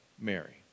Mary